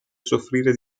soffrire